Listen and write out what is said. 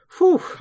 Whew